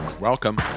Welcome